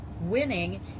winning